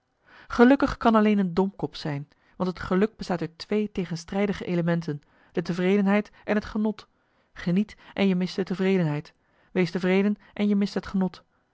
gelukkig kan alleen een domkop zijn want het geluk bestaat uit twee tegenstrijdige elementen de tevredenheid en het genot geniet en je mist de tevredenheid wees tevreden en je mist het genot